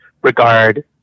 regard